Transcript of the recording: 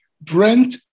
Brent